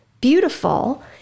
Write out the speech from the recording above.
beautiful